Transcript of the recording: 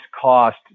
cost